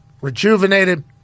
rejuvenated